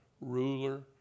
ruler